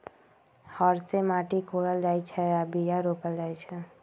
हर से माटि कोरल जाइ छै आऽ बीया रोप्ल जाइ छै